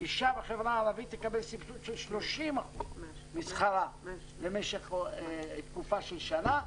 אישה בחברה הערבית תקבל סבסוד של 30% משכרה למשל תקופה של שנה,